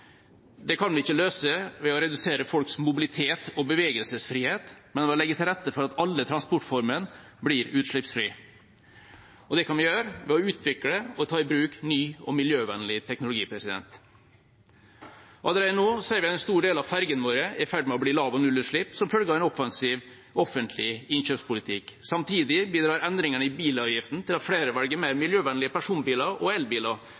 Det kan vi ikke løse ved å redusere folks mobilitet og bevegelsesfrihet, men ved å legge til rette for at alle transportformer blir utslippsfrie. Det kan vi gjøre ved å utvikle og ta i bruk ny og miljøvennlig teknologi. Allerede nå ser vi at en stor del av fergene våre er i ferd med å bli lav- og nullutslippsferger som følge av en offensiv offentlig innkjøpspolitikk. Samtidig bidrar endringene i bilavgiftene til at flere velger mer miljøvennlige personbiler og elbiler.